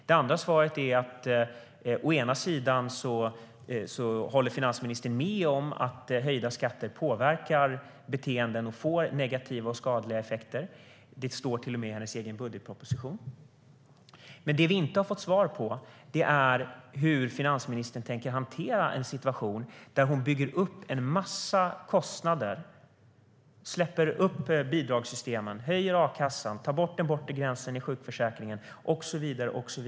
Det andra svaret är att finansministern håller med om att höjda skatter påverkar beteenden och får negativa och skadliga effekter. Det står till och med i hennes egen budgetproposition. Det vi inte har fått svar på är hur finansministern tänker hantera en situation där hon bygger upp en mängd kostnader genom att öppna upp bidragssystemen, höja a-kassan, ta bort den bortre gränsen i sjukförsäkringen och så vidare.